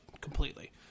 completely